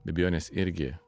be abejonės irgi